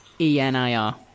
E-N-I-R